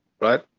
right